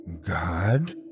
God